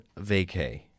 vacay